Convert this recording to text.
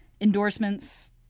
endorsements